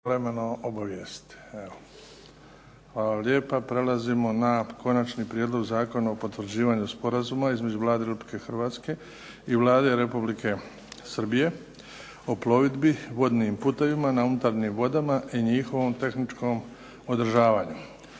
Pred nama je Prijedlog zakona o potvrđivanju Sporazuma između Republike Hrvatske i Vlade Republike Srbije o plovidbi vodnim putovima na unutarnjim vodama i njihovom tehničkom održavanju